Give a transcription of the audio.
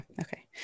okay